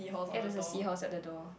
yea there's a seahorse at the door